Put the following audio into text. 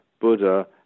Buddha